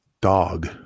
dog